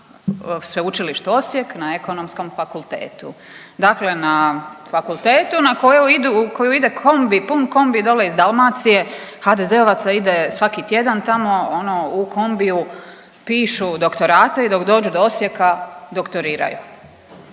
Sveučilištu Osijek na Ekonomskom fakultetu, dakle na fakultetu na koji ide kombi, pun kombi dole iz Dalmacije HDZ-ovaca ide svaki tjedan tamo ono u kombiju pišu doktorate i dok dođu do Osijeka doktoriraju.